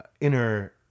inner